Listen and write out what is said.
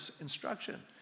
instruction